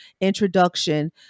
introduction